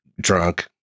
drunk